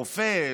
רופא,